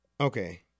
okay